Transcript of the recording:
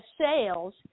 sales